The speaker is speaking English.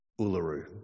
Uluru